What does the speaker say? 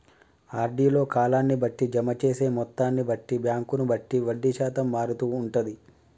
RD లో కాలాన్ని బట్టి, జమ చేసే మొత్తాన్ని బట్టి, బ్యాంకును బట్టి వడ్డీ శాతం మారుతూ ఉంటది